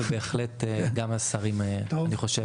ובהחלט גם לשרים אני חושב.